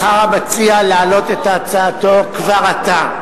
בחר המציע להעלות את הצעתו כבר עתה,